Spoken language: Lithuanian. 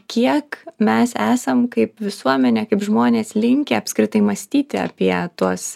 kiek mes esam kaip visuomenė kaip žmonės linkę apskritai mąstyti apie tuos